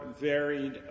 varied